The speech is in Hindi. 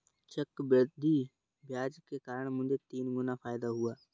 चक्रवृद्धि ब्याज के कारण मुझे तीन गुना फायदा हुआ